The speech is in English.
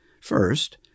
First